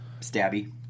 Stabby